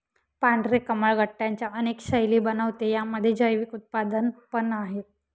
पांढरे कमळ गट्ट्यांच्या अनेक शैली बनवते, यामध्ये जैविक उत्पादन पण आहे